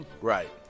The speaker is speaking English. Right